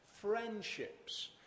Friendships